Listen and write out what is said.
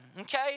okay